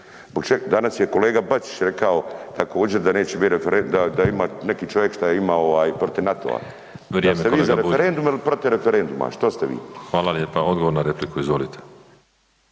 danas je kolega Bačić rekao također da neće bit referenduma, da ima neki čovjek što je imao protiv NATO-a. Jeste vi za referendum ili protiv referenduma, što ste vi? **Škoro, Miroslav